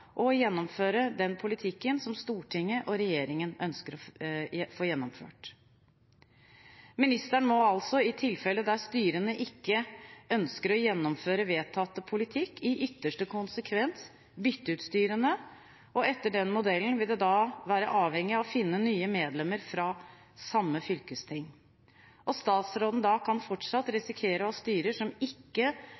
å gjennomføre den politikken som Stortinget og regjeringen ønsker å få gjennomført. Ministeren må altså i tilfeller der styrene ikke ønsker å gjennomføre vedtatt politikk, i ytterste konsekvens bytte ut styrene, og vil etter den modellen være avhengig av å finne nye medlemmer fra samme fylkesting. Statsråden kan da fortsatt risikere å ha styrer som ikke